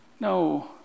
no